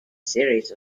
series